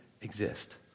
exist